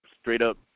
straight-up